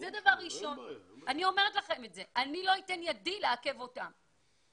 אני לא אתן את ידי לעכב אותם.